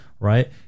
Right